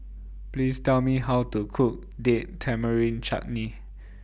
Please Tell Me How to Cook Date Tamarind Chutney